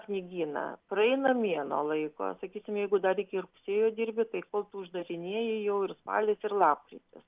knygyną praeina mėnuo laiko sakykim jeigu dar iki rugsėjo dirbi tai kol tu uždarinėji jau ir spalis ir lapkritis